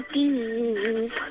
deep